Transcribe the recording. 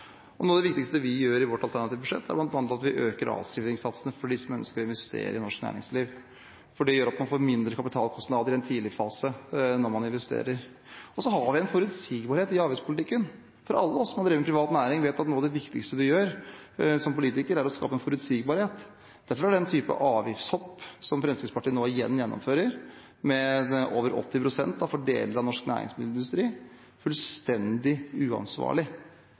fullfinansiert. Noe av det viktigste vi gjør i vårt alternative budsjett, er bl.a. at vi øker avskrivningssatsene for dem som ønsker å investere i norsk næringsliv, for det gjør at man får mindre kapitalkostnader i en tidlig fase, når man investerer. Og så har vi forutsigbarhet i avgiftspolitikken. Alle vi som har drevet med privat næringsvirksomhet, vet at noe av det viktigste en gjør som politiker, er å skape forutsigbarhet. Derfor er den type avgiftshopp som Fremskrittspartiet nå igjen gjennomfører – på over 80 pst. for deler av norsk næringsmiddelindustri – fullstendig uansvarlig.